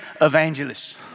evangelists